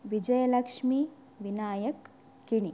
Vijayalakshmi Vinayak Kheni